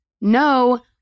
no